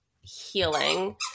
healing